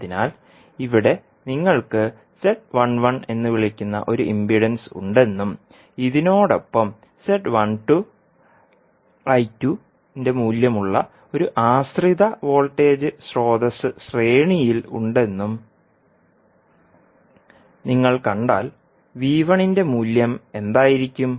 അതിനാൽ ഇവിടെ നിങ്ങൾക്ക് എന്ന് വിളിക്കുന്ന ഒരു ഇംപിഡൻസ് ഉണ്ടെന്നും ഇതിനോടൊപ്പം ന്റെ മൂല്യമുള്ള ഒരു ആശ്രിത വോൾട്ടേജ് സ്രോതസ്സ് ശ്രേണിയിൽ ഉണ്ടെന്നും നിങ്ങൾ കണ്ടാൽ V1ന്റെ മൂല്യം എന്തായിരിക്കും